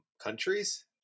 countries